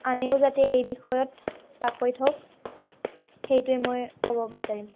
আনেও যাতে এই বিষয়ত পাকৈত হওঁক সেইটোৱে মই ক'ব বিচাৰিম